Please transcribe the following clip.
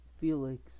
Felix